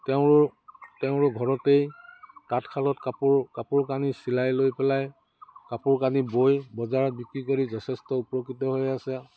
তেওঁৰ তেওঁৰো ঘৰতেই তাঁতশালত কাপোৰ কাপোৰ কানি চিলাই লৈ পেলাই কাপোৰ কানি বৈ বজাৰত বিক্ৰী কৰি যথেষ্ট উপকৃত হৈ আছে